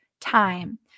Time